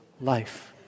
life